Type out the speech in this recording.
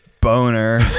boner